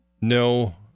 no